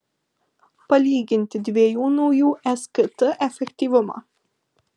palyginti dviejų naujų skt efektyvumą